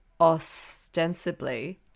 ostensibly